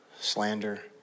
slander